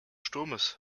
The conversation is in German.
sturmes